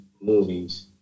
movies